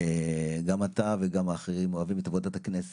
חושב שזו הוועדה הכי אמוציונלית בכנסת,